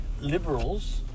liberals